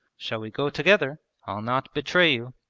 shall we go together? i'll not betray you.